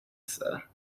sir